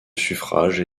suffrages